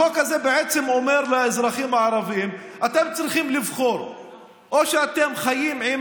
החוק הזה בעצם אומר לאזרחים הערבים: אתם צריכים לבחור,